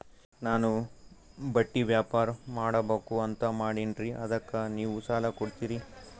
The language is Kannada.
ನಾನು ಬಟ್ಟಿ ವ್ಯಾಪಾರ್ ಮಾಡಬಕು ಅಂತ ಮಾಡಿನ್ರಿ ಅದಕ್ಕ ನೀವು ಸಾಲ ಕೊಡ್ತೀರಿ?